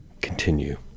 continue